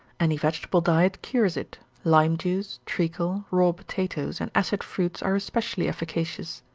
any vegetable diet cures it lime-juice, treacle, raw potatoes, and acid fruits are especially efficacious.